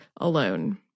alone